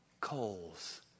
coals